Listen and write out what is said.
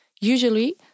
Usually